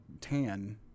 tan